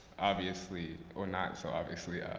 obviously, or not so obviously,